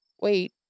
wait